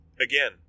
again